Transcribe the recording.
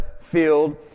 filled